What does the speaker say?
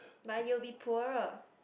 but you will be poorer